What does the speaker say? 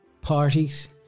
parties